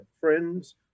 friends